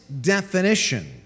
definition